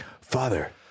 Father